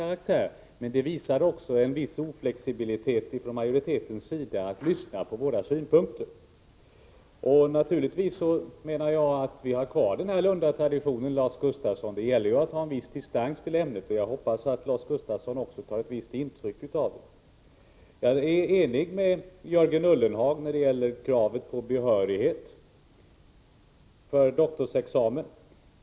Men att vi har reserverat oss beror på en viss ovilja från majoriteten att lyssna på våra synpunkter. Vi har naturligtvis kvar den här Lundatraditionen, Lars Gustafsson. Det gäller att ha en viss distans till ämnet. Jag hoppas också att Lars Gustafsson tar ett visst intryck av det. Jag är ense med Jörgen Ullenhag i vad gäller kravet på behörighet för doktorsexamen.